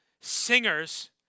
singers